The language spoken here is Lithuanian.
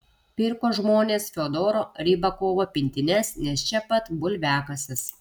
pirko žmonės fiodoro rybakovo pintines nes čia pat bulviakasis